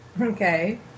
Okay